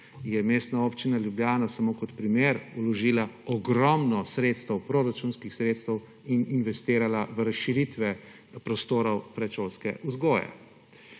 je Mestna občina Ljubljana – samo kot primer – vložila ogromno proračunskih sredstev in investirala v razširitve prostorov predšolske vzgoje.